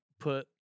put